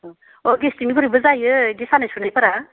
औ अह गेस्टिकनिफोरायबो जायो बिदि सानाय सुनाफोरा